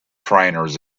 trainers